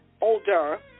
older